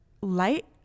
light